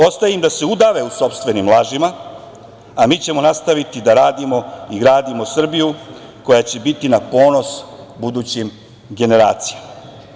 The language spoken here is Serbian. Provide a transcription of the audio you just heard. Ostaje im da se udave u sopstvenim lažima, a mi ćemo nastaviti da radimo i gradimo Srbiju koja će biti na ponos budućim generacijama.